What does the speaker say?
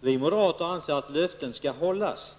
Vi moderater anser att löften skall hållas.